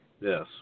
Yes